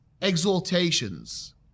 exaltations